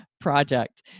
project